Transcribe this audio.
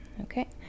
Okay